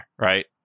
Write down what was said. right